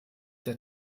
der